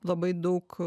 labai daug